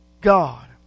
God